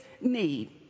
need